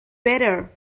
better